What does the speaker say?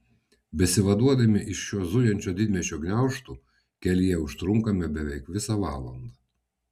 besivaduodami iš šio zujančio didmiesčio gniaužtų kelyje užtrunkame beveik visą valandą